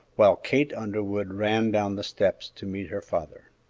while kate underwood ran down the steps to meet her father.